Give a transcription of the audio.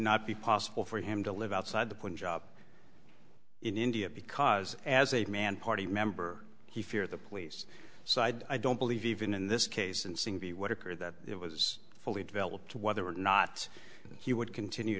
not be possible for him to live outside the punjab in india because as a man party member he feared the police so i don't believe even in this case and singh be whatever that it was fully developed whether or not he would continue